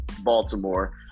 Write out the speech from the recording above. Baltimore